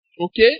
Okay